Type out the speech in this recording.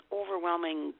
overwhelming